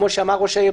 כפי שאמר ראש העיר,